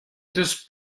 eus